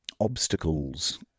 obstacles